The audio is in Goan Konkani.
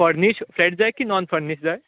फर्निश्ड फ्लॅट जाय की नाॅन फर्निश्ड फ्लॅट जाय